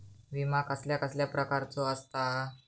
विमा कसल्या कसल्या प्रकारचो असता?